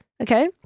Okay